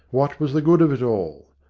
what was the good of it all?